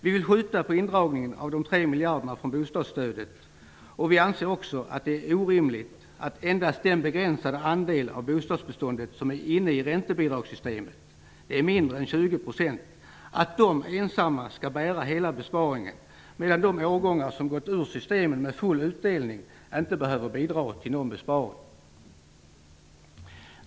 Vi vill skjuta på indragningen av de tre miljarderna från bostadsstödet, och vi anser också att det är orimligt att endast den begränsade andel av bostadsbeståndet som är inne i räntebidragssystemet, mindre än 20 %, ensam skall bära hela besparingen, medan de årgångar som gått ur systemet med full utdelning inte behöver bidra till någon besparing.